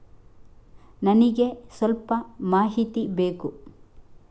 ನನಿಗೆ ಸ್ವಲ್ಪ ಮಾಹಿತಿ ಬೇಕು